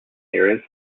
areas